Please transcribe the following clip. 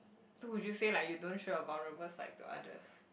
so would you say like you don't show your vulnerable sides to others